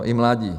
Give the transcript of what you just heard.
I mladí.